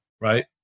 right